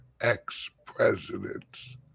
ex-presidents